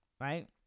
Right